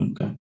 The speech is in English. okay